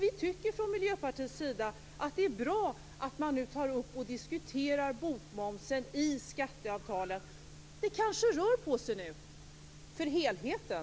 Vi i Miljöpartiet tycker att det är bra att man nu tar upp och diskuterar bokmomsen i skattesamtalen. Det kanske rör på sig nu för helheten.